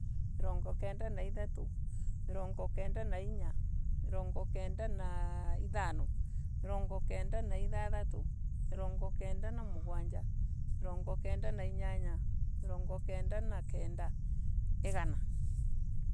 Mirongo kenda na ithatu. mirongo kenda na inya. mirongo kenda na ithano mirongo kenda na ithathatu mirongo kenda na mugwanja mirongo kenda na inyanya. mirongo kenda na kenda. igana.